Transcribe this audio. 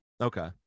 Okay